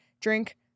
drink